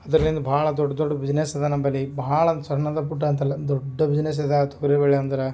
ಅದ್ರಿಂದ ಭಾಳ ದೊಡ್ಡ ದೊಡ್ಡ ಬಿಸ್ನೆಸ್ ಅದೆ ನಂಬಲ್ಲಿ ಬಹಳ ಸಣ್ಣದ ಪುಟ್ಟ ಅಂತಲ್ಲ ದೊಡ್ಡ ಬಿಸ್ನೆಸ್ ಅದೆ ತೊಗರಿ ಬೆಳೆ ಅಂದ್ರೆ